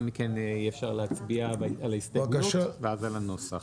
מכן אפשר להצביע על ההסתייגויות ועל הנוסח.